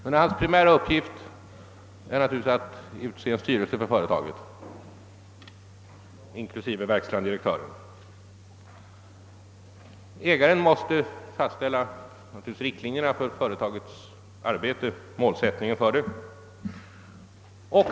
Ja, hans primära uppgift är att utse en sty relse för företaget inklusive verkställande direktör. Ägaren måste vidare fastställa riktlinjerna och målsättningen för företagets arbete.